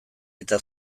eta